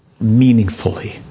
meaningfully